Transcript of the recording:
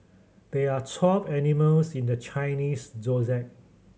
there are twelve animals in the Chinese Zodiac